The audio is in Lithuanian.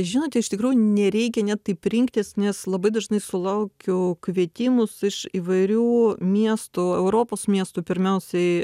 žinote iš tikrųjų nereikia net taip rinktis nes labai dažnai sulaukiu kvietimus iš įvairių miestų europos miestų pirmiausiai